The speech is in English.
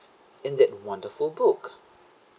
in that wonderful book